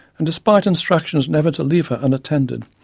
and despite instructions never to leave her unattended,